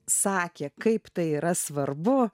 sakė kaip tai yra svarbu